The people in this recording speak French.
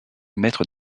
maître